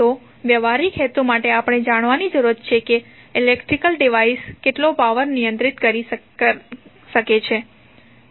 તો વ્યવહારિક હેતુ માટે આપણે જાણવાની જરૂર છે કે ઇલેક્ટ્રિક ડિવાઇસ કેટલો પાવર નિયંત્રિત કરી શકે છે